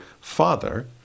father